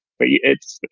but yeah it's